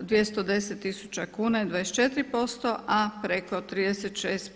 210 tisuća kuna je 24%, a preko 36%